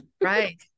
Right